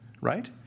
right